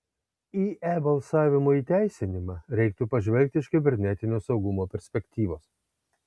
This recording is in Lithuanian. į e balsavimo įteisinimą reiktų pažvelgti iš kibernetinio saugumo perspektyvos